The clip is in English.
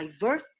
diverse